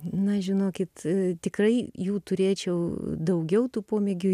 na žinokit tikrai jų turėčiau daugiau tų pomėgių